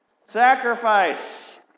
Sacrifice